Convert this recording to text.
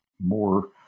more